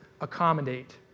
accommodate